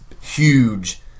huge